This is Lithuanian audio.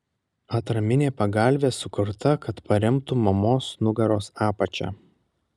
atraminė pagalvė sukurta kad paremtų mamos nugaros apačią